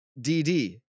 DD